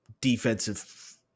defensive